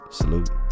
salute